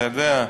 אתה יודע,